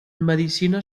medicina